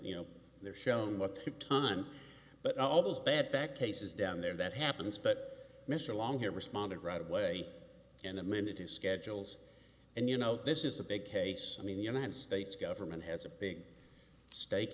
know they're shown what could turn but all those bad back cases down there that happens but mr long here responded right away in a minute in schedules and you know this is a big case i mean the united states government has a big stak